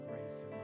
grace